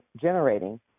generating